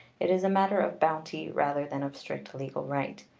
it is a matter of bounty rather than of strict legal right.